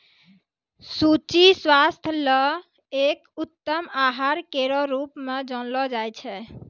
सूजी स्वास्थ्य ल एक उत्तम आहार केरो रूप म जानलो जाय छै